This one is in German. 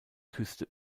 küste